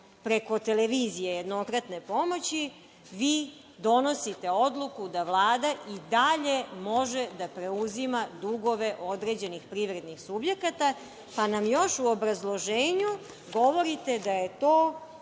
preko televizije jednokratne pomoći, vi donosite odluku da Vlada i dalje može da preuzima dugove određenih privrednih subjekata, pa nam još u obrazloženju govorite da je to